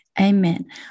Amen